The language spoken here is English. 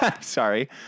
sorry